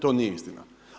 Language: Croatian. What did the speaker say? To nije istina.